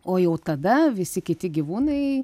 o jau tada visi kiti gyvūnai